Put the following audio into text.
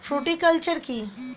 Fruticulture কী?